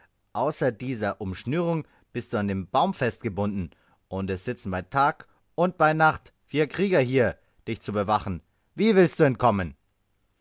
außer dieser umschnürung bist du an den baum festgebunden und es sitzen bei tag und bei nacht vier krieger hier dich zu bewachen wie willst du entkommen